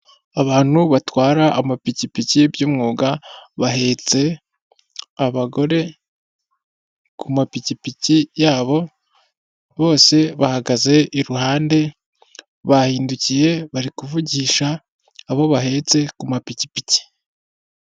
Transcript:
Abantu batwara amapikipiki by'umwuga bahetse abagore ku mapikipiki yabo, bose bahagaze iruhande bahindukiye bari kuvugisha abo bahetse ku mapikipiki.